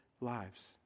lives